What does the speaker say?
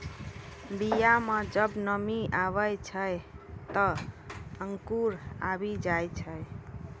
बीया म जब नमी आवै छै, त अंकुर आवि जाय छै